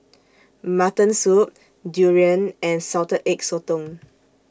Mutton Soup Durian and Salted Egg Sotong